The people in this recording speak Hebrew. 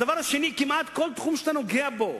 הדבר השני, כמעט כל תחום שאתה נוגע בו: